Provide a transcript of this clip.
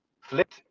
flipped